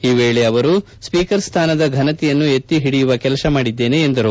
ಈ ವೇಳೆ ಅವರು ಸ್ಪೀಕರ್ ಸ್ವಾನದ ಘನತೆಯನ್ನು ಎತ್ತಿ ಹಿಡಿಯುವ ಕೆಲಸ ಮಾಡಿದ್ದೇನೆ ಎಂದರು